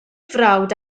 frawd